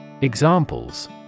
Examples